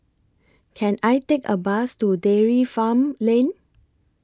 Can I Take A Bus to Dairy Farm Lane